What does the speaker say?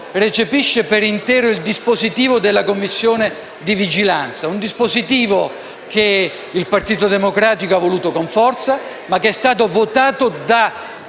recepisce per intero il dispositivo della Commissione di vigilanza, che il Partito Democratico ha voluto con forza, ma che è stato votato da